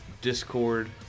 Discord